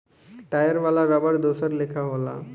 tyre वाला रबड़ दोसर लेखा होला